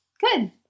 Good